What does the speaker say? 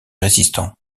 résistants